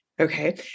Okay